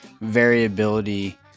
variability